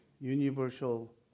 universal